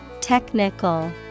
Technical